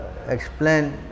Explain